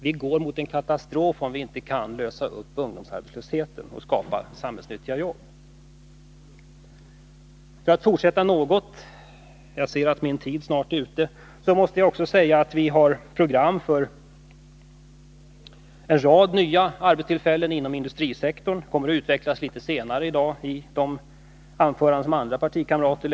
Vi går mot en katastrof, om vi inte kan lösa upp ungdomsarbetslösheten och skapa samhällsnyttiga jobb. För att fortsätta något — jag ser att den uppgivna tiden för mitt anförande snart är ute — måste jag säga att vi har program för en rad nya arbetstillfällen inom industrisektorn; detta kommer att utvecklas senare i dag i anföranden av partikamrater.